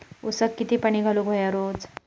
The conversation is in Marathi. ऊसाक किती पाणी घालूक व्हया रोज?